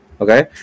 Okay